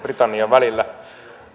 britannian välillä